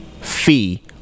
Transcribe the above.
fee